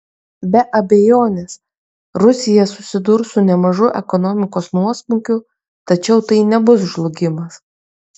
be abejonės rusija susidurs su nemažu ekonomikos nuosmukiu tačiau tai nebus žlugimas